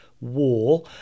war